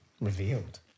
Revealed